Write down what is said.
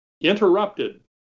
interrupted